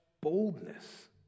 boldness